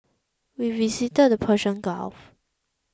we visited the Persian Gulf